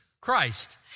Christ